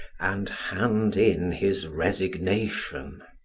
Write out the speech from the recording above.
and hand in his resignation.